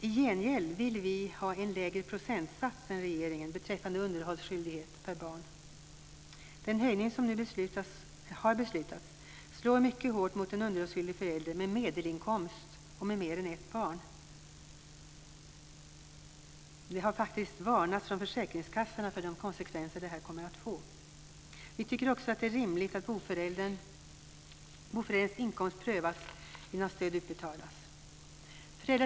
I gengäld vill vi ha en lägre procentsats än regeringen beträffande underhållsskyldighet per barn. Den höjning som nu har beslutats slår mycket hårt mot en underhållsskyldig förälder med medelinkomst och mer än ett barn. Försäkringskassorna har faktiskt varnat för de konsekvenser det här kommer att få. Vi tycker också att det är rimligt att boförälderns inkomst prövas innan stöd utbetalas.